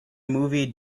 movie